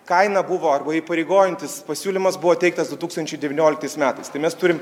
kaina buvo arba įpareigojantis pasiūlymas buvo teiktas du tūkstančiai devynioliktais metais tai mes turim